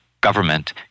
government